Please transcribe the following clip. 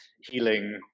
healing